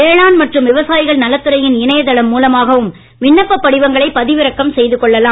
வேளாண் மற்றும் விவசாயிகள் நலத்துறையின் இணையதளம் மூலமாகவும் விண்ணப்ப படிவங்களை பதிவிறக்கம் செய்து கொள்ளலாம்